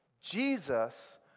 Jesus